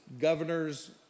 governor's